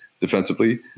defensively